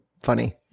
funny